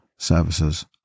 Services